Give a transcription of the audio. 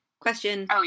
question